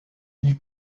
ils